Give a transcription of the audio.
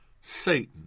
Satan